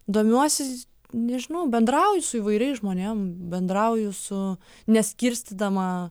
domiuosi nežinau bendrauju su įvairiais žmonėm bendrauju su neskirstydama